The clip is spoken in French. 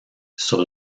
sur